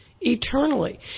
Eternally